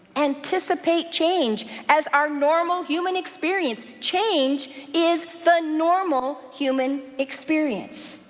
anticipate change as our normal human experience. change is the normal human experience,